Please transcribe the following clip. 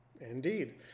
indeed